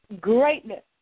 greatness